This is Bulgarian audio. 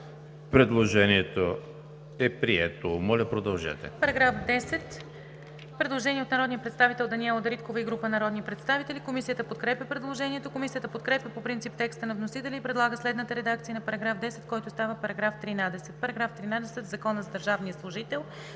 Предложението е прието. Моля, продължете.